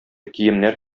киемнәр